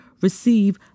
receive